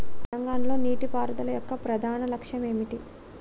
తెలంగాణ లో నీటిపారుదల యొక్క ప్రధాన లక్ష్యం ఏమిటి?